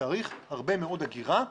צריך הרבה מאוד אגירה.